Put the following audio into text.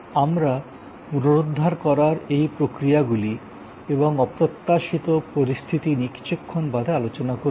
আমরা পুনরুদ্ধার করার এই প্রক্রিয়াগুলি এবং অপ্রত্যাশিত পরিস্থিতি নিয়ে কিছুক্ষণ বাদে আলোচনা করব